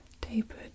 tapered